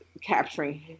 capturing